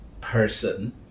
person